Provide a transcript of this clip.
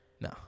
No